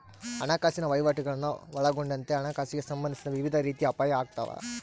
ಹಣಕಾಸಿನ ವಹಿವಾಟುಗುಳ್ನ ಒಳಗೊಂಡಂತೆ ಹಣಕಾಸಿಗೆ ಸಂಬಂಧಿಸಿದ ವಿವಿಧ ರೀತಿಯ ಅಪಾಯ ಆಗ್ತಾವ